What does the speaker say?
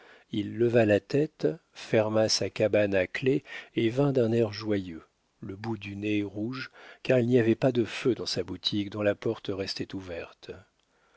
il leva la tête ferma sa cabane à clef et vint d'un air joyeux le bout du nez rouge car il n'y avait pas de feu dans sa boutique dont la porte restait ouverte